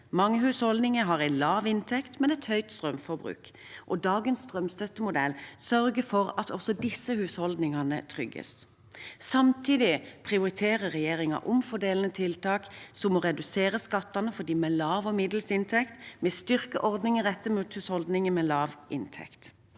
Mange husholdninger har en lav inntekt, men et høyt strømforbruk. Dagens strømstøttemodell sørger for at også disse husholdningene trygges. Samtidig prioriterer regjeringen omfordelende tiltak som å redusere skattene for dem med lav og middels inntekt, og vi styrker ordninger rettet mot husholdninger med lav inntekt.